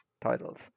titles